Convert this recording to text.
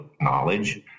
knowledge